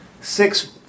six